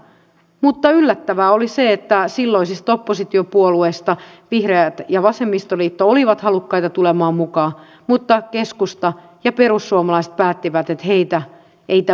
mutta yllättävää oli se että silloisista oppositiopuolueista vihreät ja vasemmistoliitto olivat halukkaita tulemaan mukaan mutta keskusta ja perussuomalaiset päättivät että heitä ei tämä työ kiinnosta